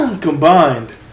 combined